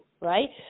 right